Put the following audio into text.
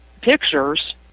pictures